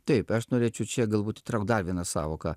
taip aš norėčiau čia galbūt įtraukti dar vieną sąvoką